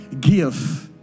give